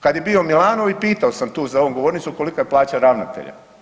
Kad je bio Milanović, pitao sam tu za ovom govornicom, kolika je plaća ravnatelja.